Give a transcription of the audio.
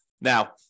Now